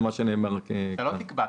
אתה לא תקבע.